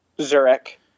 Zurich